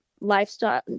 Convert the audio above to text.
lifestyle